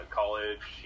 college